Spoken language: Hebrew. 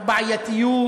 הבעייתיות,